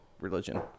religion